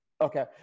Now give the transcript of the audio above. Okay